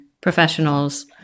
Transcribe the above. professionals